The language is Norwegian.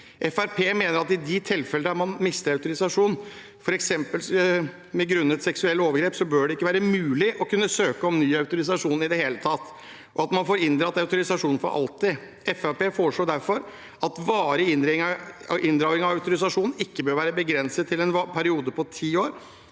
mener at i de tilfellene man mister autorisasjonen grunnet f.eks. seksuelle overgrep, bør det ikke være mulig å kunne søke om ny autorisasjon i det hele tatt, og at man får inndratt autorisasjonen for alltid. Fremskrittspartiet foreslår derfor at varig inndragning av autorisasjon ikke bør være begrenset til en periode på ti år,